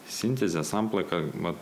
sintezė samplaika man